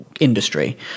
industry